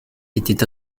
était